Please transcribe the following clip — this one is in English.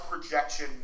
projection